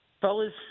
fellas